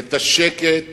את השקט